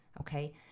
Okay